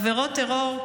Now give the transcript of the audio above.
עבירות טרור,